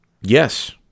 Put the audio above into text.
Yes